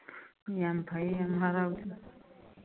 ꯌꯥꯝ ꯐꯩ ꯌꯥꯝ